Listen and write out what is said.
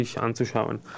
anzuschauen